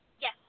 Yes